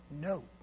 no